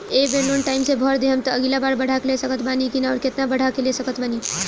ए बेर loan time से भर देहम त अगिला बार बढ़ा के ले सकत बानी की न आउर केतना बढ़ा के ले सकत बानी?